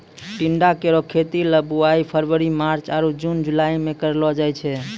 टिंडा केरो खेती ल बुआई फरवरी मार्च आरु जून जुलाई में कयलो जाय छै